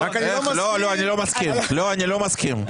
אני לא מסכים.